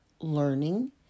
learning